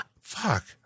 Fuck